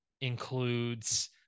includes